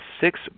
six